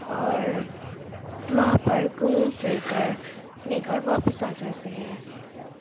اور وہاں پر گھوم فر کر اپنے گھر واپس آ جاتے ہیں